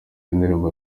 indirimbo